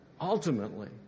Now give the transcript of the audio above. ultimately